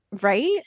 Right